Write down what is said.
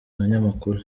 abanyamakuru